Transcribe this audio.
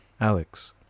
Alex